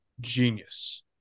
genius